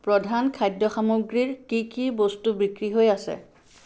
প্ৰধান খাদ্য সামগ্ৰীৰ কি কি বস্তু বিক্ৰী হৈ আছে